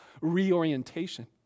reorientation